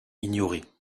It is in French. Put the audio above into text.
ignorée